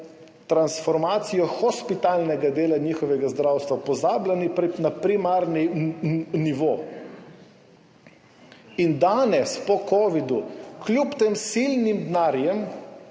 transformacijo hospitalnega dela njihovega zdravstva, pozabljeno na primarni nivo, in so danes, po covidu, kljub temu silnemu denarju